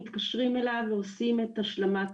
הם מתקשרים אליו ועושים את השלמת הזכויות?